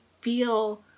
feel